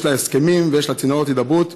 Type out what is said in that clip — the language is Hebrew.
יש לה הסכמים ויש לה צינורות הידברות,